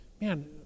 man